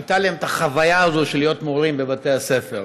הייתה להם החוויה הזו להיות מורים בבתי הספר.